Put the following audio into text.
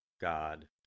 God